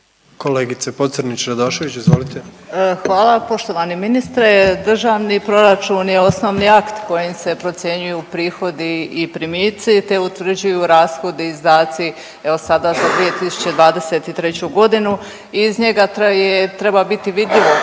izvolite. **Pocrnić-Radošević, Anita (HDZ)** Hvala poštovani ministre. Državni proračun je osnovni akt kojim se procjenjuju prihodi i primitci, te utvrđuju rashodi, izdaci evo sada za 2023. godinu. Iz njega treba biti vidljivo